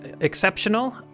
exceptional